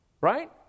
right